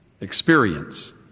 experience